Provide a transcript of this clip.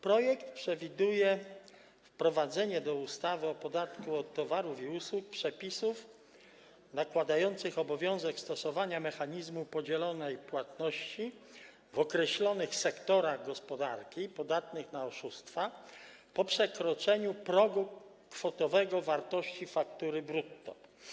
Projekt przewiduje wprowadzenie do ustawy o podatku od towarów i usług przepisów nakładających obowiązek stosowania mechanizmu podzielonej płatności w określonych sektorach gospodarki podatnych na oszustwa po przekroczeniu progu kwotowego w wartości faktury brutto.